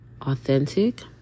authentic